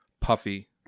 puffy